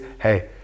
hey